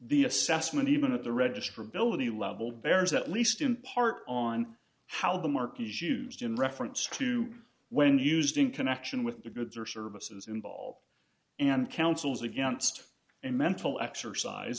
the assessment even at the register ability level bears at least in part on how the marquis's use gin reference to when used in connection with the goods or services involved and councils against in mental exercise